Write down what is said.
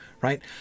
right